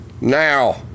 Now